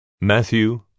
Matthew